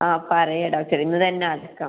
ആ പറയാം ഡോക്ടർ ഇന്ന് തന്നെ അടക്കാം